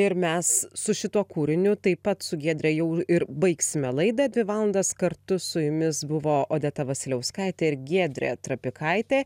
ir mes su šituo kūriniu taip pat su giedre jau ir baigsime laidą dvi valandas kartu su jumis buvo odeta vasiliauskaitė ir giedrė trapikaitė